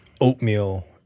oatmeal